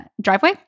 driveway